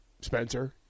Spencer